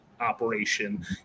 operation